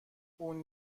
اون